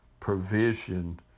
provision